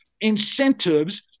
incentives